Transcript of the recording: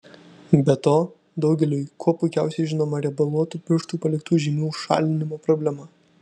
be to daugeliui kuo puikiausiai žinoma riebaluotų pirštų paliktų žymių šalinimo problema